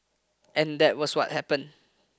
and that was what happened